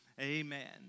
Amen